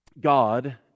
God